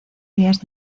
días